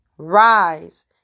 Rise